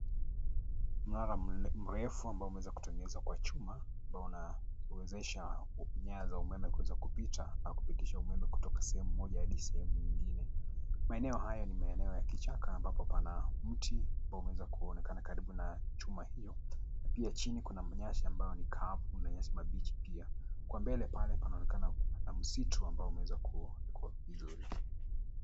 Mnara mrefu ambao umeweza kutengezwa kwa chuma, ambao unawezesha nyaya za umeme kuweza kupita au kupitisha umeme kutoka sehemu moja hadi sehemu nyingine. Maeneo haya ni maeneo ya kichaka ambapo pana mti ambao unaweza kuonekana karibu na chuma hio na pia chini kuna manyasi ambayo ni kavu, kuna manyasi mabichi pia. Kwa mbele pale panaonekana kuna msitu ambao umeweza kuekwa vizuri.